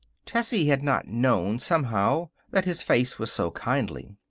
tessie had not known, somehow, that his face was so kindly.